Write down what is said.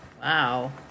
Wow